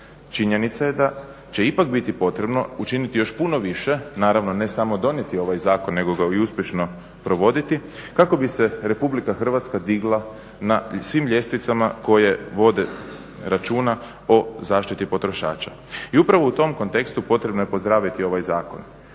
Činjenica je da će ipak biti potrebno učiniti još puno više, naravno ne samo donijeti ovaj zakon nego ga i uspješno provoditi, kako bi se RH digla na svim ljestvicama koje vode računa o zaštiti potrošača i upravo u tom kontekstu potrebno je pozdraviti ovaj zakon.